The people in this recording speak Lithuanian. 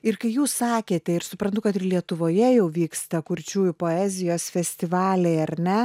ir kai jūs sakėte ir suprantu kad ir lietuvoje jau vyksta kurčiųjų poezijos festivaliai ar ne